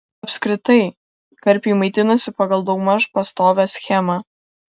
apskritai karpiai maitinasi pagal daugmaž pastovią schemą